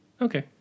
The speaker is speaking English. Okay